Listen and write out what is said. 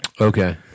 Okay